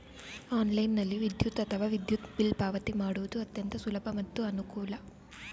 ಆನ್ಲೈನ್ನಲ್ಲಿ ವಿದ್ಯುತ್ ಅಥವಾ ವಿದ್ಯುತ್ ಬಿಲ್ ಪಾವತಿ ಮಾಡುವುದು ಅತ್ಯಂತ ಸುಲಭ ಮತ್ತು ಅನುಕೂಲ